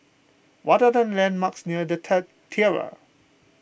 what are the landmarks near the Tiara